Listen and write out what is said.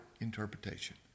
interpretation